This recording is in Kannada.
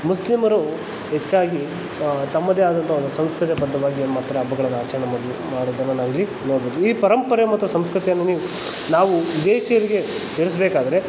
ಮುಸ್ಲಿಮರು ಹೆಚ್ಚಾಗಿ ತಮ್ಮದೇ ಆದಂಥ ಒಂದು ಸಂಸ್ಕೃತಿಬದ್ದವಾಗಿ ಏನು ಮಾಡ್ತಾರೆ ಹಬ್ಬಗಳನ್ನ ಆಚರಣೆ ಮಾಡೋದನ್ನು ನಾವಿಲ್ಲಿ ನೋಡ್ಬೋದು ಈ ಪರಂಪರೆ ಮತ್ತು ಸಂಸ್ಕೃತಿಯನ್ನು ನೀವು ನಾವು ವಿದೇಶಿಯರಿಗೆ ತಿಳಿಸ್ಬೇಕಾದ್ರೆ